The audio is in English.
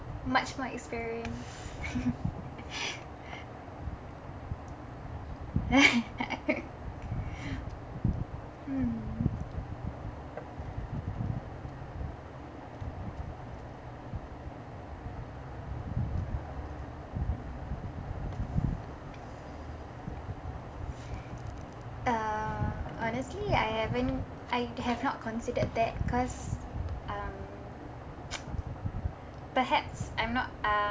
much more experience mm uh honestly I haven't I have not considered that cause um perhaps I'm not uh